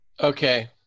okay